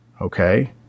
okay